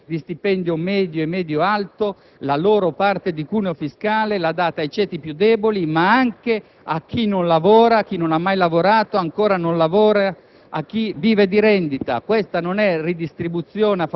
In sostanza, togliete ai lavoratori di stipendio medio e medio-alto la loro parte di cuneo fiscale, dandola ai ceti più deboli, ma anche a chi non lavora, a chi non ha mai lavorato, a chi ancora non lavora